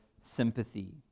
sympathy